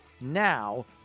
now